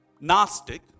Gnostic